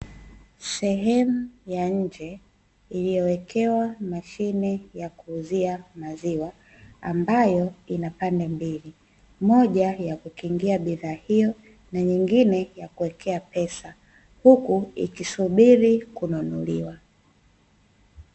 Sehemu ya nje, iliyowekewa mashine ya kuuzia maziwa ambayo ina pande mbili, moja ya kukingia bidhaa hiyo na nyingine ya kuwekea pesa, huku ikisubiri kununuliwa.